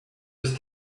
was